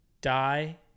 die